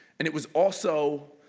and it was also,